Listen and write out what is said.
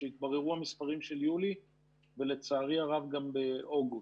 כשיתבררו המספרים של יולי ולצערי הרב גם באוגוסט.